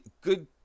good